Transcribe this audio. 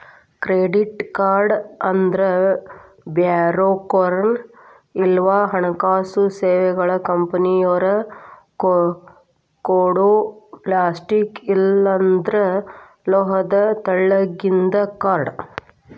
credit card ಅಂದ್ರ ಬ್ಯಾಂಕ್ನೋರ್ ಇಲ್ಲಾ ಹಣಕಾಸು ಸೇವೆಗಳ ಕಂಪನಿಯೊರ ಕೊಡೊ ಪ್ಲಾಸ್ಟಿಕ್ ಇಲ್ಲಾಂದ್ರ ಲೋಹದ ತೆಳ್ಳಗಿಂದ ಕಾರ್ಡ್